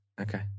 Okay